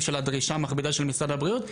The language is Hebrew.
של הדרישה המכבידה של משרד הבריאות.